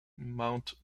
mount